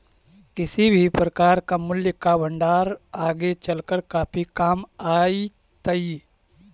किसी भी प्रकार का मूल्य का भंडार आगे चलकर काफी काम आईतई